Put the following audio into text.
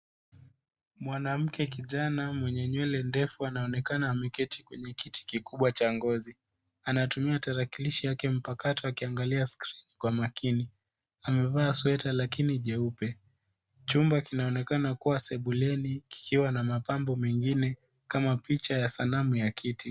Mwanamke kijana mwenye nywele ndefu anaonekana ameketi kwenye kiti kikubwa cha ngozi. Anatumia tarakilishi yake mpakato akiangalia skrini kwa makini. Amevaa sweta lakini cheupe. Chumba kinaonekana kuwa sebuleni kikiwa na mapambo mengine kama picha ya sanamu ya kiti.